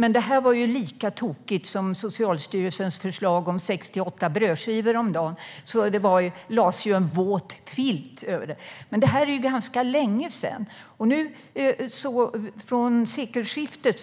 Men detta förslag var lika tokigt som Socialstyrelsens förslag om sex till åtta brödskivor om dagen. Det lades därför en våt filt över det. Detta var ju ganska länge sedan, men nu vid sekelskiftet